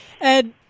Ed